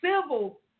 civil